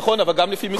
נכון, אבל גם לפי מיסוי.